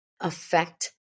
affect